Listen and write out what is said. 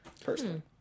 Personally